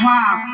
Wow